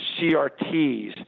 CRTs